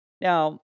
Now